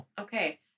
Okay